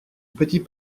petit